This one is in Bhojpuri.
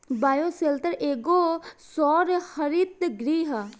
बायोशेल्टर एगो सौर हरित गृह ह